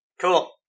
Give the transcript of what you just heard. Cool